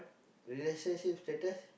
relationship status